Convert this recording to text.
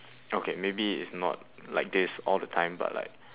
okay maybe it's not like this all the time but like